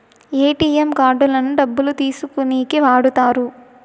ATM కార్డులను డబ్బులు తీసుకోనీకి వాడుతారు